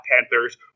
Panthers